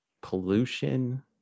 pollution